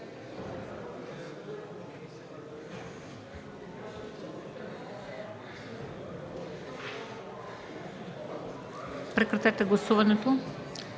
Прекратете гласуването,